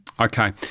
Okay